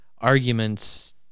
arguments